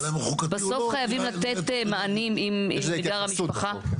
השאלה האם הוא חוקתי או לא --- יש לזה התייחסות בחוק.